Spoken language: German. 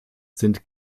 sind